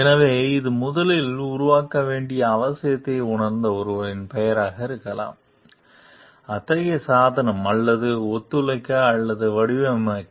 எனவே இது முதலில் உருவாக்க வேண்டிய அவசியத்தை உணர்ந்த ஒருவரின் பெயராக இருக்கலாம் அத்தகைய சாதனம் அல்லது ஒத்துழைக்க அல்லது வடிவமைக்க